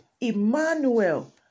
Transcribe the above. Emmanuel